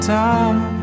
top